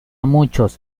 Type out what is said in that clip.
muchos